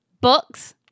Books